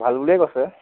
ভাল বুলিয়ে কৈছে